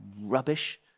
rubbish